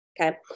Okay